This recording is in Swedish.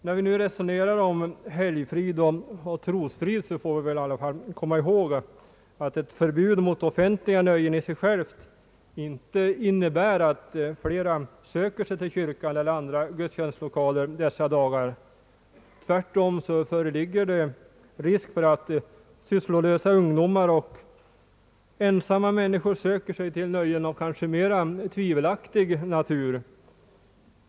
När vi nu resonerar om helgfrid och trosfrid bör vi komma ihåg att ett för bud mot offentliga nöjen inte i sig självt innebär att fler människor söker sig till kyrkan eller andra gudstjänstlokaler dessa dagar. Tvärtom föreligger risk för att sysslolösa ungdomar och ensamma människor söker sig till nöjen av tvivelaktig natur.